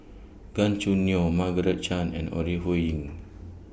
Gan Choo Neo Margaret Chan and Ore Huiying